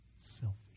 selfish